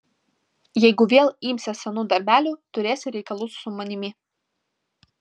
jeigu vėl imsies senų darbelių turėsi reikalų su manimi